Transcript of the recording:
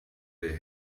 they